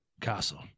castle